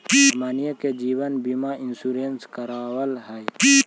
हमनहि के जिवन बिमा इंश्योरेंस करावल है?